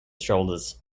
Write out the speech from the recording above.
shoulders